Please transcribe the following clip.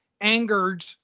angered